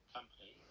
Company